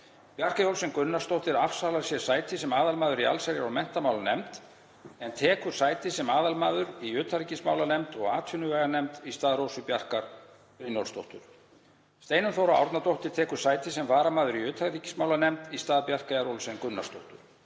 Bjarkey Olsen Gunnarsdóttir afsalar sér sæti sem aðalmaður í allsherjar- og menntamálanefnd en tekur sæti sem aðalmaður í utanríkismálanefnd og atvinnuveganefnd í stað Rósu Bjarkar Brynjólfsdóttur. Steinunn Þóra Árnadóttir tekur sæti sem varamaður í utanríkismálanefnd í stað Bjarkeyjar Olsen Gunnarsdóttur.